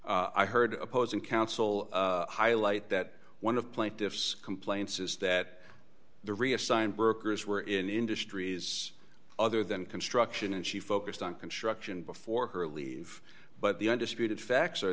brokers i heard opposing counsel highlight that one of plaintiff's complaints is that the reassigned workers were in industries other than construction and she focused on construction before her leave but the undisputed facts